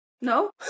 No